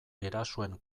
erasoen